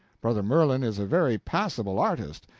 brother merlin is a very passable artist,